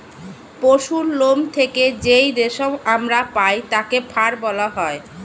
পশুর লোম থেকে যেই রেশম আমরা পাই তাকে ফার বলা হয়